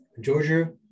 Georgia